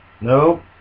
Nope